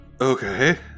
Okay